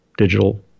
digital